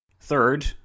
Third